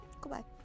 Goodbye